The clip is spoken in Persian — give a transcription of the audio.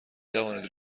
توانید